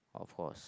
of course